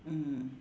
mm